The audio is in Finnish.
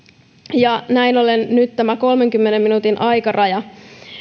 ja näin ollen nyt tämä kolmenkymmenen minuutin aikaraja